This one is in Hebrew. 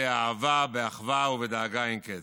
באהבה, באחווה ובדאגה אין קץ.